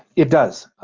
it does ah,